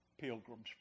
Pilgrim's